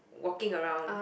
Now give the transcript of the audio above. walking around